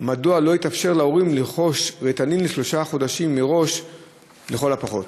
מדוע לא יתאפשר להורים לרכוש "ריטלין" לשלושה חודשים מראש לכל הפחות?